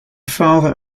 father